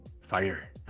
fire